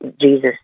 Jesus